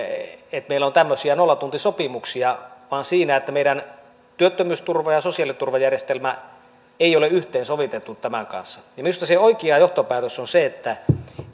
että meillä on tämmöisiä nollatuntisopimuksia vaan siinä että meidän työttömyysturva ja sosiaaliturvajärjestelmä ei ole yhteensovitettu tämän kanssa minusta se oikea johtopäätös on se että